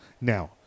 Now